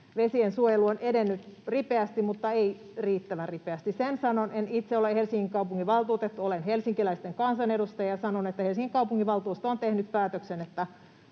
Vesien suojelu on edennyt ripeästi, mutta ei riittävän ripeästi. En itse ole Helsingin kaupunginvaltuutettu, olen helsinkiläisten kansanedustaja, ja sanon, että Helsingin kaupunginvaltuusto on tehnyt päätöksen,